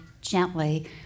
gently